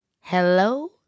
hello